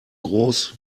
groß